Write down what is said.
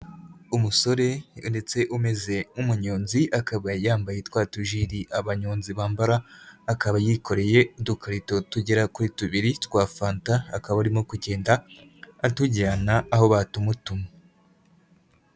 Umusore ndetse umeze nk'umuyonzi akaba yambaye twa tujiri abanyonzi bambara, akaba yikoreye udukarito tugera kuri tubiri twa fanta, akaba arimo kugenda atujyana aho batumutumye.